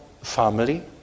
family